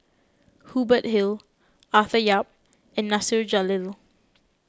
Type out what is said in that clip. Hubert Hill Arthur Yap and Nasir Jalil